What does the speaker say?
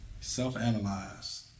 Self-analyze